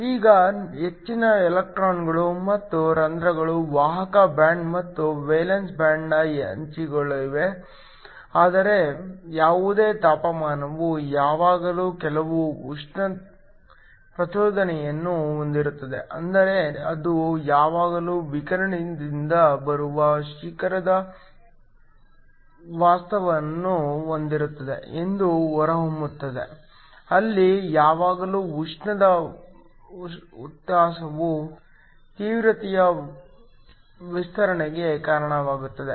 ಈಗ ಹೆಚ್ಚಿನ ಎಲೆಕ್ಟ್ರಾನ್ ಮತ್ತು ಹೋಲ್ ಗಳು ವಾಹಕ ಬ್ಯಾಂಡ್ ಮತ್ತು ವೇಲೆನ್ಸ್ ಬ್ಯಾಂಡ್ನ ಅಂಚುಗಳಲ್ಲಿವೆ ಆದರೆ ಯಾವುದೇ ತಾಪಮಾನವು ಯಾವಾಗಲೂ ಕೆಲವು ಉಷ್ಣ ಪ್ರಚೋದನೆಯನ್ನು ಹೊಂದಿರುತ್ತದೆ ಅಂದರೆ ಅದು ಯಾವಾಗಲೂ ವಿಕಿರಣದಿಂದ ಬರುವ ಶಿಖರದ ವಿಸ್ತಾರವನ್ನು ಹೊಂದಿರುತ್ತದೆ ಇದು ಹೊರಹೊಮ್ಮುತ್ತದೆ ಅಲ್ಲಿ ಯಾವಾಗಲೂ ಉಷ್ಣದ ಉತ್ಸಾಹವು ತೀವ್ರತೆಯ ವಿಸ್ತರಣೆಗೆ ಕಾರಣವಾಗುತ್ತದೆ